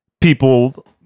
people